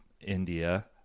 india